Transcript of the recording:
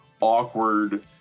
awkward